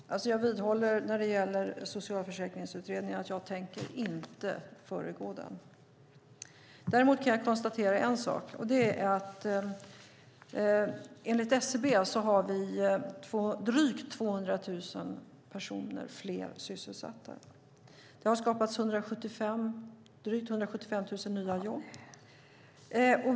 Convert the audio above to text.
Fru talman! Jag vidhåller när det gäller Socialförsäkringsutredningen att jag inte tänker föregå den. Däremot kan jag konstatera en sak. Det är att enligt SCB har vi drygt 200 000 fler personer sysselsatta. Det har skapats drygt 175 000 nya jobb.